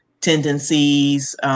tendencies